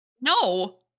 No